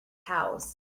house